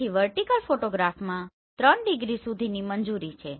તેથી વર્ટીકલ ફોટોગ્રાફમાં 3 ડિગ્રી સુધીની મંજૂરી છે